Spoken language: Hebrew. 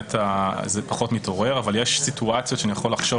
באמת זה פחות מתעורר אבל יש סיטואציות שאני יכול לחשוב